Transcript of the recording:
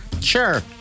Sure